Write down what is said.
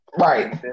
Right